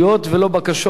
רשות דיבור.